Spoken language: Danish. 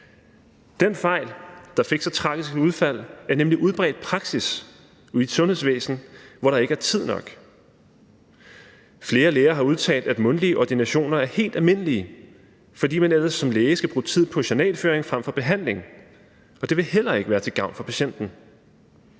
Den fejl, der fik så tragisk et udfald, er nemlig udbredt praksis i et sundhedsvæsen, hvor der ikke er tid nok. Flere læger har udtalt, at mundtlige ordinationer er helt almindelige, fordi man ellers som læge skal bruge tid på journalføring frem for behandling, og det vil heller ikke være til gavn for patienten.